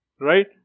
Right